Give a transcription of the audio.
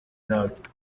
natwe